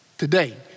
Today